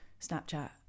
snapchat